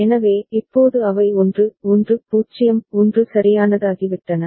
எனவே இப்போது அவை 1 1 0 1 சரியானதாகிவிட்டன